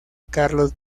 carlos